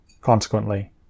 Consequently